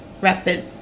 rapid